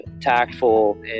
Tactful